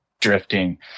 drifting